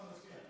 לא, נצביע.